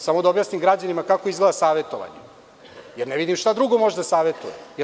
Samo da objasnim građanima kako izgleda savetovanje, jer ne vidim šta može da savetuje.